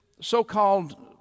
so-called